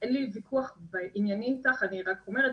אין לי ויכוח בעניינים איתך, אני רק אומרת,